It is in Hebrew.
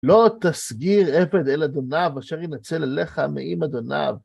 לא תסגיר עבד אל אדוניו אשר ינצל אליך מעם אדוניו.